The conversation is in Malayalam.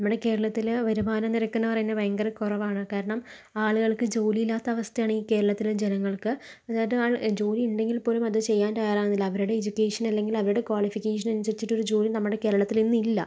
നമ്മടെ കേരളത്തില് വരുമാന നിരക്കെന്ന് പറയുന്നത് ഭയങ്കര കുറവാണ് കാരണം ആളുകൾക്ക് ജോലിയില്ലാത്ത അവസ്ഥയാണ് ഈ കേരളത്തിലെ ജനങ്ങൾക്ക് ആൾ ജോലി ഉണ്ടെങ്കിൽ പോലും അത് ചെയ്യാൻ തയ്യാറാകുന്നില്ല അവരുടെ എജുക്കേഷൻ അല്ലെങ്കിൽ അവരുടെ ക്വാളിഫിക്കേഷൻ അനുസരിച്ചിട്ട് ഒരു ജോലി നമ്മുടെ കേരളത്തിൽ ഇന്നില്ല